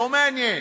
לא מעניין.